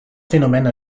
phénomène